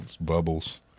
Bubbles